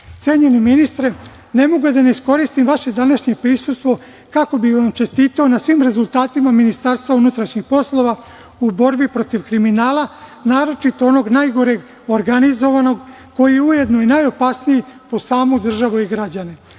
vežbe. Cenjeni ministre, ne mogu a da ne iskoristim vaše današnje prisustvo kako bi vam čestitao na svim rezultatima MUP-a u borbi protiv kriminala, naročito onog najgoreg, organizovanog koji je ujedno i najopasniji po samu državu i građane.